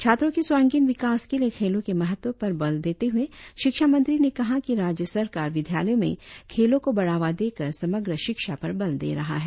छात्रों के सर्वांगीन विकास के लिए खेलों के महत्व पर बल देते हुए शिक्षा मंत्री ने कहा कि राज्य सरकार विद्यालयों में खेलों को बढ़ावा देकर समग्र शिक्षा पर बल दे रहा है